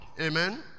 Amen